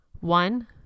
One